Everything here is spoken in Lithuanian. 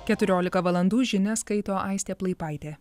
keturiolika valandų žinias skaito aistė plaipaitė